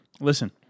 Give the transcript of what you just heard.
Listen